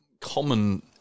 common